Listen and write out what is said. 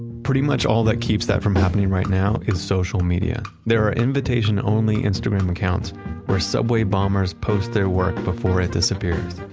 pretty much all that keeps that from happening right now is social media. there are invitation only instagram accounts where subway bombers post their work before it disappears.